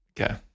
Okay